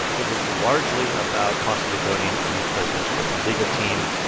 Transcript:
it was largely about possibly joining the president's personal legal team.